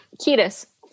ketis